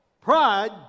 Pride